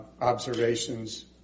observations